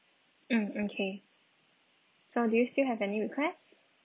um um K so do you still have any requests